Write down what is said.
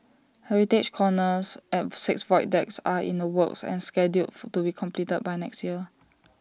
heritage corners at six void decks are in the works and scheduled to be completed by next year